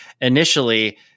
initially